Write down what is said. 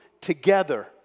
together